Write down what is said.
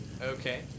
Okay